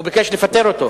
הוא ביקש לפטר אותו.